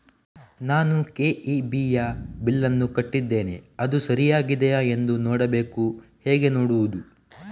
ನಾನು ಕೆ.ಇ.ಬಿ ಯ ಬಿಲ್ಲನ್ನು ಕಟ್ಟಿದ್ದೇನೆ, ಅದು ಸರಿಯಾಗಿದೆಯಾ ಎಂದು ನೋಡಬೇಕು ಹೇಗೆ ನೋಡುವುದು?